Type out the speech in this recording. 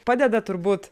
padeda turbūt